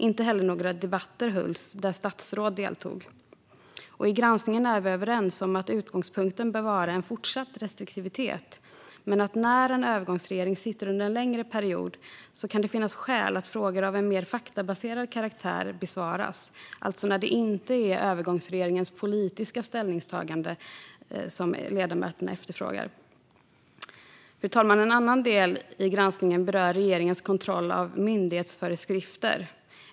Inte heller hölls det några debatter där statsråd deltog. I granskningen är vi överens om att utgångspunkten bör vara en fortsatt restriktivitet. Men när en övergångsregering sitter under en längre period kan det finnas skäl att frågor av en mer faktabaserad karaktär besvaras - alltså när det inte är övergångsregeringens politiska ställningstaganden som ledamöterna efterfrågar. Fru talman! En annan del i granskningen berör regeringens kontroll av myndighetsföreskrifter.